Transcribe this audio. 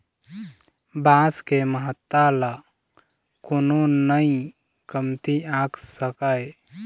बांस के महत्ता ल कोनो नइ कमती आंक सकय